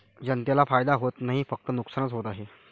जनतेला फायदा होत नाही, फक्त नुकसानच होत आहे